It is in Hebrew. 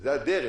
זאת הדרך.